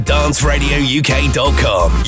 DanceRadioUK.com